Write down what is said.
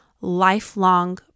lifelong